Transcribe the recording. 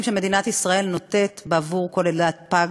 שמדינת ישראל נותנת בעבור כל לידת פג,